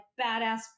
badass